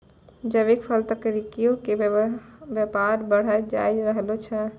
जैविक फल, तरकारीयो के व्यापार बढ़तै जाय रहलो छै